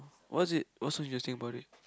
what's it what's so interesting about it